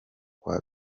kwa